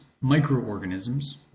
microorganisms